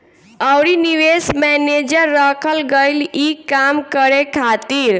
अउरी निवेश मैनेजर रखल गईल ई काम करे खातिर